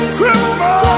Christmas